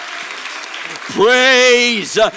Praise